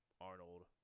Arnold